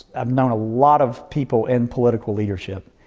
i've known a lot of people in political leadership.